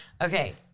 okay